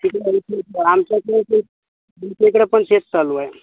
कठीण परिस्थिती आहे आमच्याकडे तेच तुमच्या इकडं पण तेच चालू आहे